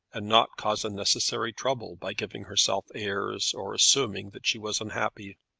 and not cause unnecessary trouble, by giving herself airs or assuming that she was unhappy.